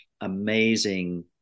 amazing